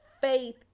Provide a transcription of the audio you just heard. faith